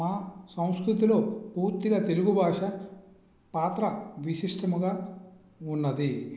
మా సంస్కృతిలో పూర్తిగా తెలుగు భాష పాత్ర విశిష్టంగా ఉన్నాది